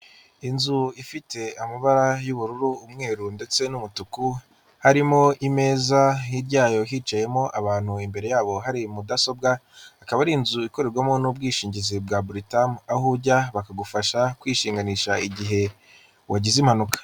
Inzu ifite amabara y'ubururu, umweru ndetse n'umutuku, harimo imeza hirya yayo hicayemo abantu imbere yabo hari mudasobwa, akaba ari inzu ikorerwamo n'ubwishingizi bwa Britam, aho ujya bakagufasha kwishinganisha igihe wagize impanuka.